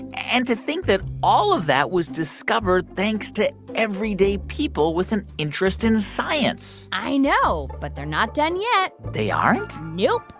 and to think that all of that was discovered thanks to everyday people with an interest in science i know. but they're not done yet they aren't? nope.